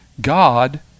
God